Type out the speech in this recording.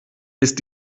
ist